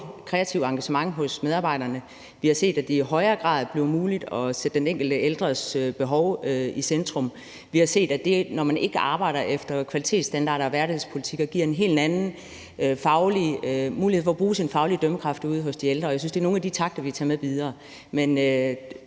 Vi har set, at det i højere grad bliver muligt at sætte den enkelte ældres behov i centrum. Vi har set, at det, at man ikke arbejder efter kvalitetsstandarder og hverdagspolitikker, giver en helt anden mulighed for at bruge sin faglige dømmekraft ude hos de ældre. Jeg synes, at det er nogle af de takter, vi tager med videre.